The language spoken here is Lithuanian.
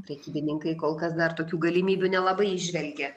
prekybininkai kol kas dar tokių galimybių nelabai įžvelgia